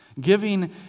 Giving